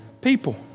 People